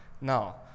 Now